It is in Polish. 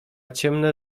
ciemne